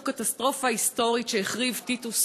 "מתוך קטסטרופה היסטורית שהחריב טיטוס,